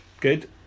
Good